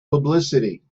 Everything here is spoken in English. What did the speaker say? publicity